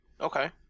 Okay